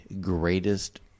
greatest